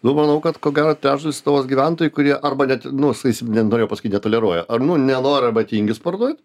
nu manau kad ko gero trečdalis lietuvos gyventojų kurie arba net nu sakysim nenorėjau pasakyt netoleruoja ar nu nenori arba tingi sportuot